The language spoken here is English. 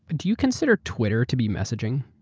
and do you consider twitter to be messaging?